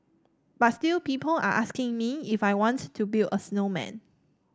but still people are asking me if I want to build a snowman